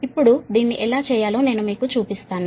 ఇప్పుడు దీన్ని ఎలా చేయాలో నేను మీకు చూపిస్తాను